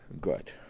good